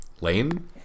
Lane